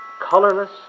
colorless